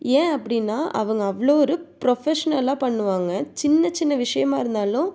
ஏன் அப்படின்னா அவங்க அவ்வளோ ஒரு ப்ரொஃபஷ்னலாம் பண்ணுவாங்க சின்ன சின்ன விஷியமாக இருந்தாலும்